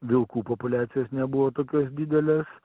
vilkų populiacijos nebuvo tokios didelės